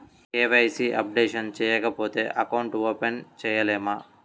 KYC updation చేయకపోతే account open చేయలేమా?